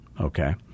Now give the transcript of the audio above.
okay